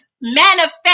manifest